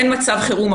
אין מצב חירום,